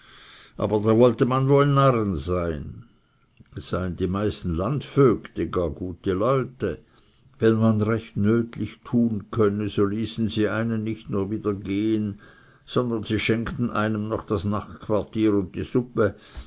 aber da wollte man wohl narren sein es seien die meisten landvögte gar gute leute wenn man recht nötlich tun könne so ließen sie einen nicht nur wieder gehen sondern sie schenkten einem noch das nachtquartier und die